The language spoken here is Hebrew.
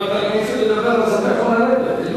אם אתה לא רוצה לדבר אתה יכול לרדת,